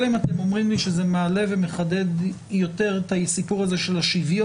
אלא אם אתם אומרים לי שזה מעלה ומחדד יותר את הסיפור של השוויון.